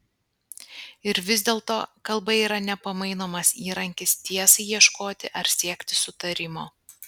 ir vis dėlto kalba yra nepamainomas įrankis tiesai ieškoti ar siekti sutarimo